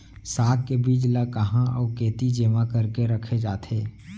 साग के बीज ला कहाँ अऊ केती जेमा करके रखे जाथे?